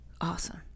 Awesome